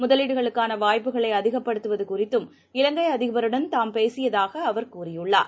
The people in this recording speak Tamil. முதலீடுகளுக்கானவாய்ப்புகளைஅதிகப்படுத்துவதுகுறித்தும் இலங்கைஅதிபருடன் தாம் பேசியதாகஅவர் கூறியுள்ளார்